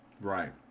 Right